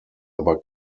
aber